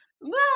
No